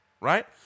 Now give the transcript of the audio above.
right